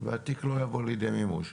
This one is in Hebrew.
והתיק לא יבוא לידי מימוש.